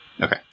Okay